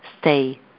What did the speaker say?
stay